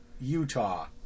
Utah